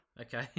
Okay